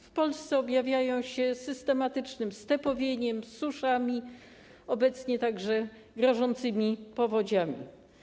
W Polsce objawiają się systematycznym stepowieniem, suszami, obecnie także rażącymi powodziami.